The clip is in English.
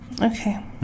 Okay